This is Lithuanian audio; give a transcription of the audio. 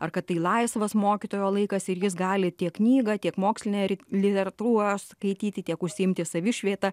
ar kad tai laisvas mokytojo laikas ir jis gali tiek knygą tiek mokslinę literatūrą skaityti tiek užsiimti savišvieta